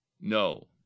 no